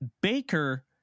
Baker